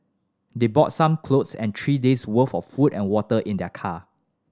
they brought some clothes and three days worth of food and water in their car